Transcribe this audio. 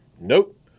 Nope